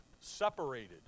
separated